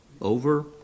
over